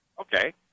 Okay